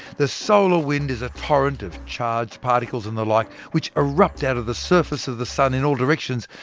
the solar wind is a torrent of charged particles and the like, which erupt out of the surface of the sun in all directions,